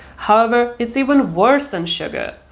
however, it is even worse than sugar.